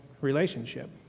relationship